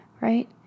right